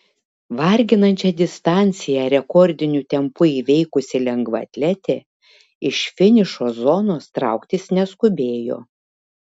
varginančią distanciją rekordiniu tempu įveikusi lengvaatletė iš finišo zonos trauktis neskubėjo